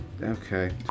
Okay